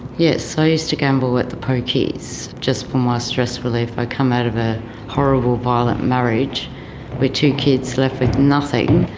yes, i used to gamble at the pokies, just for my stress relief. i'd come out of a horrible, violent marriage with two kids, left with nothing.